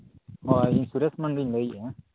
ᱦᱳᱭ ᱤᱧ ᱥᱩᱨᱮᱥ ᱢᱟᱱᱰᱤᱧ ᱞᱟᱹᱭᱮᱜᱼᱟ